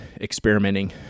experimenting